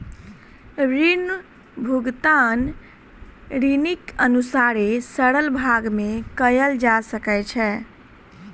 ऋण भुगतान ऋणीक अनुसारे सरल भाग में कयल जा सकै छै